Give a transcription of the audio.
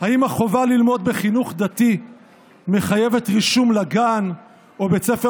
האם החובה ללמוד בחינוך דתי מחייבת רישום לגן או בית ספר